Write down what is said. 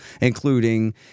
including